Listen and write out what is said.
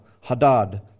Hadad